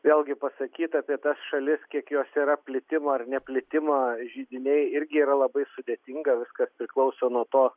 vėlgi pasakyt apie tas šalis kiek jos yra plitimo ar ne plitimo židiniai irgi yra labai sudėtinga viskas priklauso nuo to